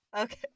okay